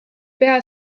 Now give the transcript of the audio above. pea